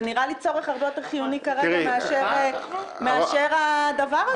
זה נראה לי צורך הרבה יותר חיוני כרגע מאשר הדבר הזה.